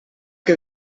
que